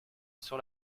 sur